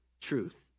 truth